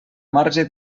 marge